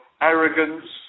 arrogance